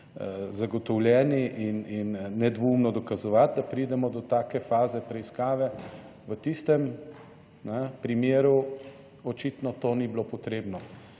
zagotovljeni in nedvoumno dokazovati, da pridemo do take faze preiskave, v tistem primeru očitno to ni bilo potrebno.